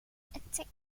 attacked